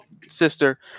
sister